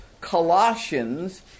Colossians